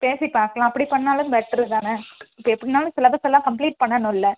பேசி பார்க்கலாம் அப்படி பண்ணிணாலும் பெட்ரு தானே இப்போ எப்படின்னாலும் சிலபஸ் எல்லாம் கம்ப்ளீட் பண்ணணுமில்ல